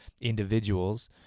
individuals